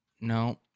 No